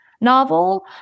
novel